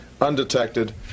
undetected